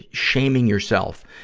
shaming yourself,